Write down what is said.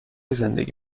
زندگی